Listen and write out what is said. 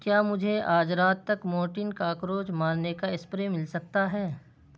کیا مجھے آج رات تک مورٹین کاکروچ مارنے کا اسپرے مل سکتا ہے